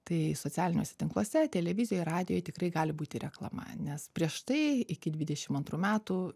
tai socialiniuose tinkluose televizijoj radijuj tikrai gali būti reklama nes prieš tai iki dvidešim antrų metų